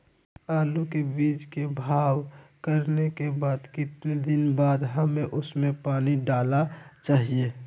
आलू के बीज के भाव करने के बाद कितने दिन बाद हमें उसने पानी डाला चाहिए?